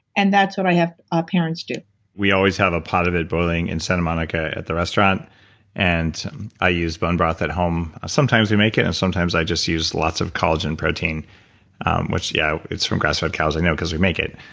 and that's what i have our parents do we always have a pot of it boiling in santa monica at the restaurant and i use bone broth at home, sometimes we make it and sometimes i just use lots of collagen protein which yeah, it's from grass fed cows, i know cause we make it.